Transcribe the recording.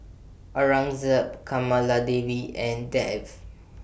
Aurangzeb Kamaladevi and Dev